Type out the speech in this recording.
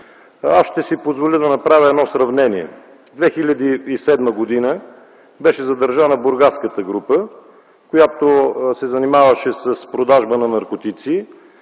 ще си позволя да направя едно сравнение. През 2007 г. беше задържана бургаската група, която се занимаваше с продажба на наркотици